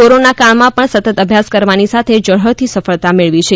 corona કાળમાં પણ સતત અભ્યાસ કરવાની સાથે ઝળઠળતી સફળતા મેળવી છે